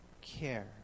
care